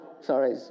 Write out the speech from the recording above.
Sorry